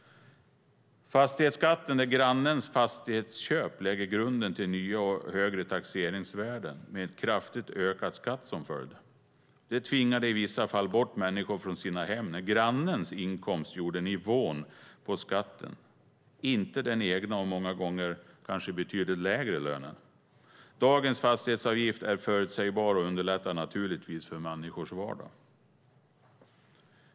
Fastighetsskatten, där grannens fastighetsköp lade grunden till nya och högre taxeringsvärden, med kraftigt ökad skatt som följd, tvingade i vissa fall bort människor från sina hem när grannens inkomst avgjorde nivån på skatten, inte den egna och många gånger kanske betydligt lägre lönen. Dagens fastighetsavgift är förutsägbar, och det underlättar naturligtvis i människors vardag.